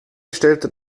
stellten